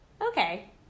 Okay